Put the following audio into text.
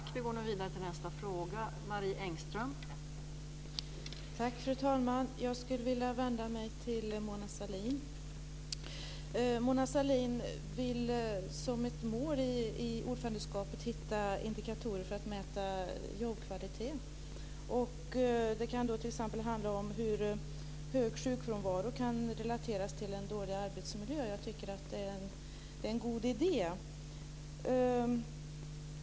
Fru talman! Jag skulle vilja vända mig till Mona Sahlin. Hon vill som ett mål i ordförandeskapet hitta indikatorer för att mäta jobbkvalitet. Det kan då t.ex. handla om hur hög sjukfrånvaro kan relateras till en dålig arbetsmiljö. Jag tycker att det är en god idé.